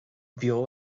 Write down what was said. beo